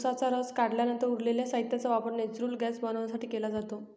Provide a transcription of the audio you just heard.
उसाचा रस काढल्यानंतर उरलेल्या साहित्याचा वापर नेचुरल गैस बनवण्यासाठी केला जातो